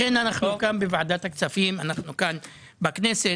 לכן אנו כאן בוועדת הכספים, כאן בכנסת.